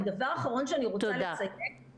ודבר אחרון שאני רוצה לציין,